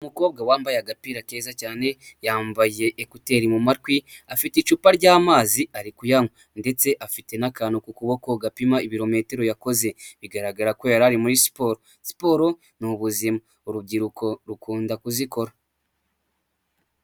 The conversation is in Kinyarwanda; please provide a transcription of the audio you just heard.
Umukobwa wambaye agapira keza cyane yambaye ekuteri mu matwi afite icupa ry'amazi ari kuyanywa ndetse afite n'akantu ku kuboko gapima ibirometero yakoze bigaragara ko yari ari muri siporo, siporo ni ubuzima urubyiruko rukunda kuzikora.